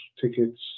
tickets